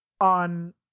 on